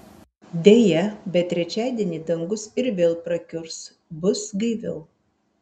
deja bet trečiadienį dangus ir vėl prakiurs bus gaiviau